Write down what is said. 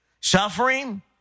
suffering